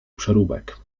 przeróbek